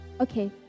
Okay